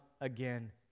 again